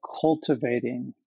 cultivating